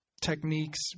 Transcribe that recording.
techniques